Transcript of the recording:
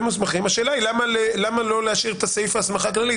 השאלה היא למה לא להשאיר את סעיף ההסמכה הכללי?